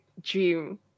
dream